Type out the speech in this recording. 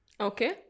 Okay